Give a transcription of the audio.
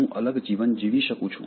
હું અલગ જીવન જીવી શકું છું